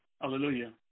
Hallelujah